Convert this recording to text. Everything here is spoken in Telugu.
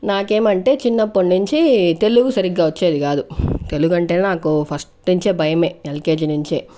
నాకేమంటే చిన్నప్పట్నించి తెలుగు సరిగ్గా వచ్చేది కాదు తెలుగంటేనే నాకు ఫస్ట్ నించే భయమే ఎల్కెజీ నుంచే